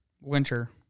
Winter